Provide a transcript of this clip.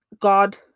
God